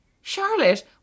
Charlotte